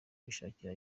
kwishakira